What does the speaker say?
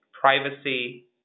privacy